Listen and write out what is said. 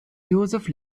josef